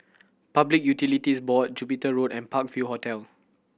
Public Utilities Board Jupiter Road and Park View Hotel